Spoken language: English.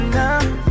now